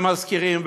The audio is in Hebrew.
ומשכירים,